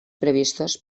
previstos